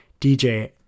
DJ